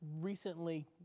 recently